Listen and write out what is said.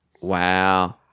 Wow